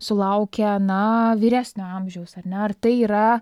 sulaukę na vyresnio amžiaus ar ne ar tai yra